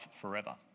forever